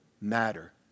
matter